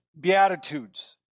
Beatitudes